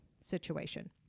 situation